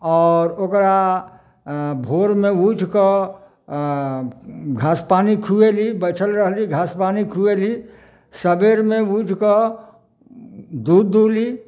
आओर ओकरा भोरमे उठिकऽ घास पानि खुएली बैठल रहली घास पानि खुएली सबेरमे उठिकऽ दूध दुहली